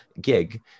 gig